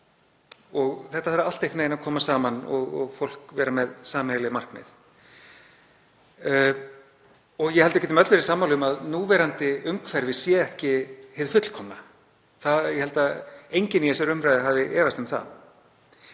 og þetta þarf allt einhvern veginn að koma saman og fólk að vera með sameiginleg markmið. Ég held við getum öll verið sammála um að núverandi umhverfi sé ekki hið fullkomna. Ég held að enginn í þessari umræðu hafi efast um það.